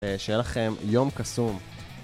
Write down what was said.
שיהיה לכם יום קסום.